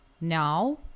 now